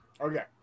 Okay